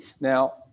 Now